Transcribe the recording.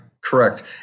correct